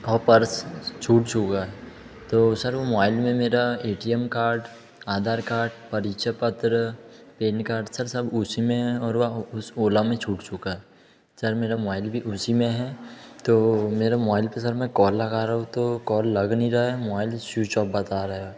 और पर्स छूट छुआ तो सर वो मुआइल में मेरा A T M card Aadhaar card परीक्षा पत्र पेनकार्ड सर सब उसी में है और वह उस ओला में छूट चुका सर मेरा मुआइल भी उसी में है तो मेरा मुआइल पे सर मैं कौल लगा रहा हूँ तो कौल लग नहीं रहा है मुआइल स्विच औफ बता रहा है